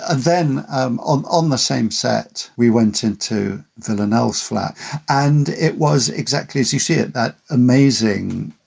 ah then um on on the same set. we went into that annuls flat and it was exactly as you see it, that amazing,